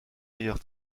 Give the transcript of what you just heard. ailleurs